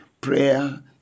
Prayer